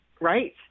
Right